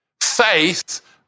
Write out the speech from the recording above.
Faith